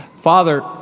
Father